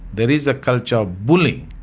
there is a culture of bullying,